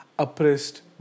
oppressed